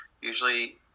usually